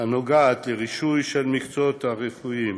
החלטות הנוגעות לרישוי של מקצועות רפואיים